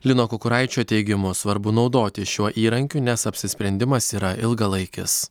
lino kukuraičio teigimu svarbu naudotis šiuo įrankiu nes apsisprendimas yra ilgalaikis